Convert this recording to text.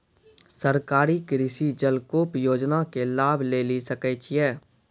सरकारी कृषि जलकूप योजना के लाभ लेली सकै छिए?